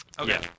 Okay